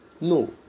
no